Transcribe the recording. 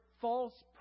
false